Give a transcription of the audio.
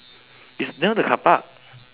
it's near the carpark